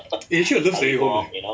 initially I don't stay at home